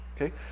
Okay